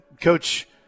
Coach